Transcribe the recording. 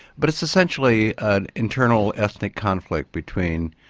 but it's essentially an internal ethnic conflict between,